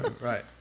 right